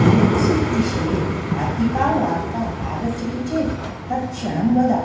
Brexit विषये अधिका वार्ता आगच्छति चेत् तत्क्षणं वद